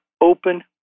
open